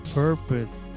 purpose